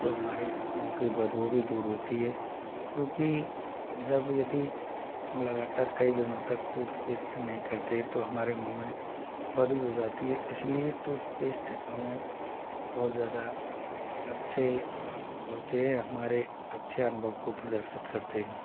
तो हमारे मुँह की बदबू भी दूर होती है क्योंकि जब यदि हम लगातार कई दिनों तक टूथपेस्ट नहीं करते तो हमारे मुँह में बदबू हो जाती है इसलिए टूथपेस्ट हमें बहुत ज़्यादा अच्छे होते हैं हमारे अच्छे अनुभव को प्रदर्शित करते हैं